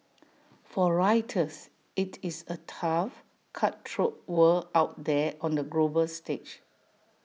for writers IT is A tough cutthroat world out there on the global stage